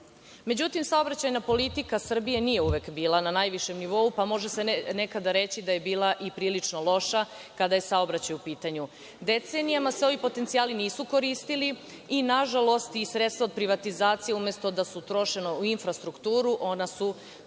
Međutim, saobraćajna politika Srbije nije uvek bila na najvišem nivou, pa se može reći da je nekada bila i prilično loša, kada je saobraćaj u pitanju. Decenijama se ovi potencijali nisu koristili i, nažalost, sredstva od privatizacije umesto da su trošena u infrastrukturu, ona su